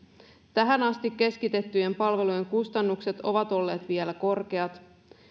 tähän asti keskitettyjen palvelujen kustannukset ovat olleet vielä korkeat